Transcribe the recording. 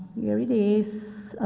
it is,